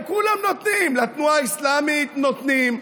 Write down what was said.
לכולם נותנים, לתנועה האסלאמית נותנים,